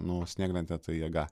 na o snieglentė tai jėga